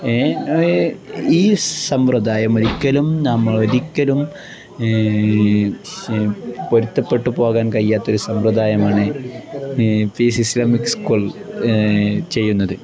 ഈ സമ്പ്രദായം ഒരിക്കലും നമ്മൾ ഒരിക്കലും പൊരുത്തപ്പെട്ടു പോകാൻ കഴിയാത്ത ഒരു സമ്പ്രദായമാണ് പിസ് ഇസ്ലമിക് സ്കൂൾ ചെയ്യുന്നത്